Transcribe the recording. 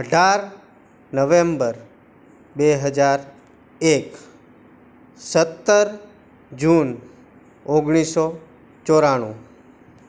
અઢાર નવૅમ્બર બે હજાર એક સત્તર જૂન ઓગણીસ સો ચોરાણું